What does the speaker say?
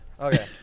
Okay